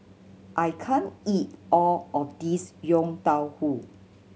I can't eat all of this Yong Tau Foo